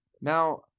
Now